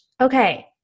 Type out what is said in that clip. Okay